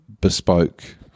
bespoke